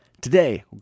Today